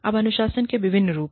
अब अनुशासन के विभिन्न रूप